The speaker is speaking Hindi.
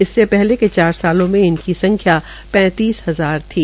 इससे पहले के चार सालों में इनकी संख्या पैंतीस हजार थी